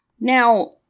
now